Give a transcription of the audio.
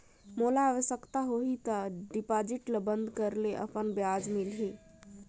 मोला आवश्यकता होही त डिपॉजिट ल बंद करे ले कतना ब्याज मिलही?